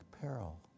peril